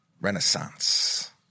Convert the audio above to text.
Renaissance